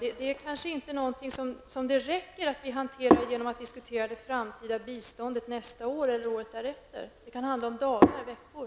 Detta är kanske inte någonting som vi kan hantera genom att diskutera det framtida biståndet nästa år eller året därefter. Det kan handla om dagar eller veckor.